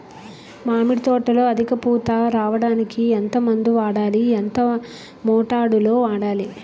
మామిడి తోటలో అధిక పూత రావడానికి ఎంత మందు వాడాలి? ఎంత మోతాదు లో వాడాలి?